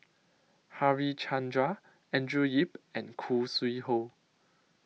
Harichandra Andrew Yip and Khoo Sui Hoe